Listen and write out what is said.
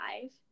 five